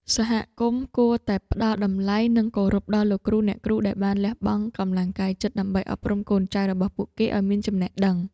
សហគមន៍គួរតែផ្តល់តម្លៃនិងគោរពដល់លោកគ្រូអ្នកគ្រូដែលបានលះបង់កម្លាំងកាយចិត្ត ដើម្បីអប់រំកូនចៅរបស់ពួកគេឱ្យមានចំណេះដឹង។